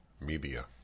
media